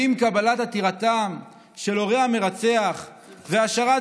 האם קבלת עתירתם של הורי המרצח והשארת